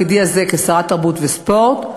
כשרת התרבות והספורט,